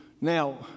Now